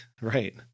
Right